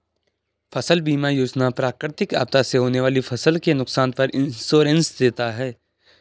फसल बीमा योजना प्राकृतिक आपदा से होने वाली फसल के नुकसान पर इंश्योरेंस देता है